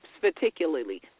particularly